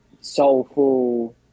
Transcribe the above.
soulful